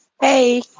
hey